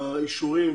אישורים